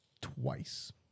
twice